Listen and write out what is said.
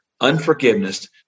unforgiveness